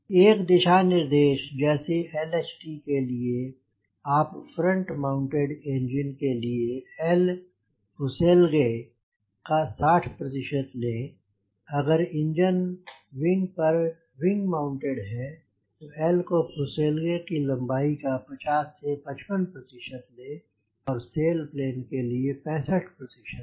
एक दिशा निर्देश जैसे LHT के लिए आप फ्रंट माउंटेड इंजन के लिए L फुसेलगे का 60 प्रतिशत लें अगर इंजन विंग पर विंग माउंटेड है तो L को फुसेलगे की लम्बाई का 50 से 55 प्रतिशत लें और सैलप्लेन के लिए 65 प्रतिशत लें